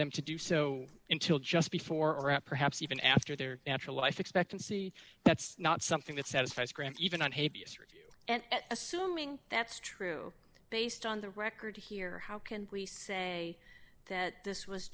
them to do so until just before and perhaps even after their natural life expectancy that's not something that satisfies grant even on tape and assuming that's true based on the record here how can we say that this was